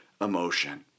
emotion